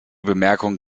bemerkungen